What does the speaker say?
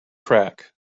crack